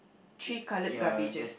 three colored garbages